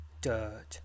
Dirt